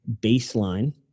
baseline